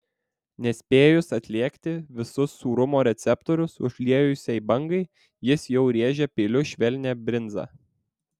nespėjus atlėgti visus sūrumo receptorius užliejusiai bangai jis jau rėžia peiliu švelnią brinzą